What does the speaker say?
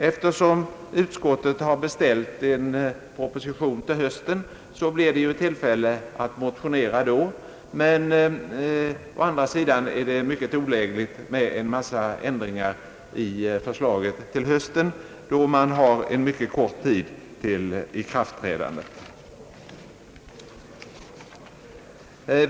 Eftersom utskottet har beställt en proposition till hösten blir det tillfälle att motionera då, men å andra sidan är det mycket olägligt med en mängd ändringar i förslaget till hösten då man har mycket kort tid till ikraftträdandet.